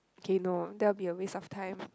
okay no that will only be after some time